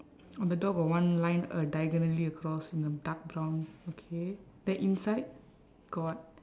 on the door got one line uh diagonally across and a dark brown okay then inside got